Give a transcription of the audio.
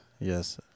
Yes